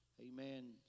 Amen